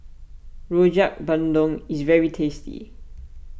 Rojak Bandung is very tasty